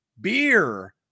Beer